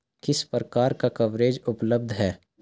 किस प्रकार का कवरेज उपलब्ध है?